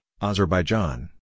Azerbaijan